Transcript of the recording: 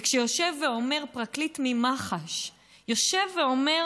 וכשיושב ואומר פרקליט ממח"ש, יושב ואומר